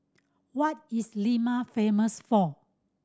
what is Lima famous for